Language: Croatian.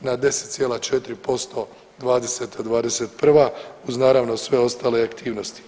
na 10,4% '20.-'21. uz naravno sve ostale aktivnosti.